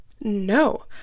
No